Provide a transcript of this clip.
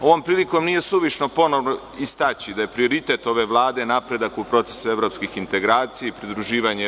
Ovom prilikom nije suvišno ponovo istaći da je prioritet ove Vlade napredak u procesu evropskih integracija i pridruživanje EU.